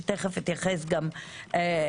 שתכף אתייחס גם אליה.